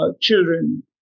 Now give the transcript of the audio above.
children